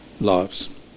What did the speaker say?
lives